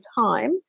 time